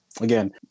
again